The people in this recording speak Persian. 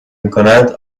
میکند